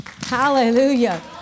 Hallelujah